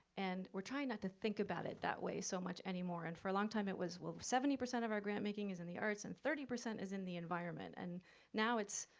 and we're trying not to think about it that way so much anymore, and for a long time it was, well seventy percent of our grant-making is in the arts and thirty percent is in environment. and now it's,